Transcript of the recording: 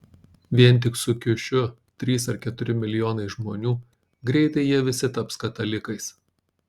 vien tik su kiušiu trys ar keturi milijonai žmonių greitai jie visi taps katalikais